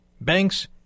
Banks